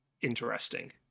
interesting